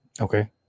Okay